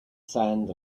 sand